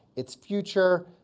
its future,